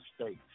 states